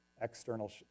external